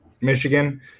Michigan